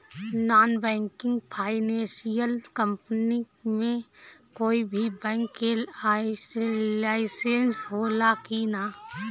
Non banking financial company मे कोई भी बैंक के लाइसेन्स हो ला कि ना?